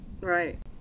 Right